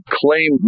claim